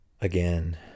again